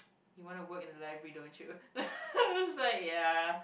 you want to work in the library don't you I was like ya